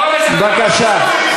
בבקשה.